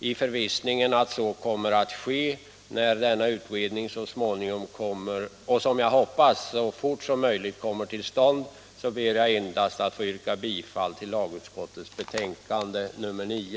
I förvissning om att så skall ske när denna utredning kommer till stånd — vilket jag hoppas blir snarast möjligt — ber jag bara att få yrka bifall till hemställan i lagutskottets betänkande nr 9.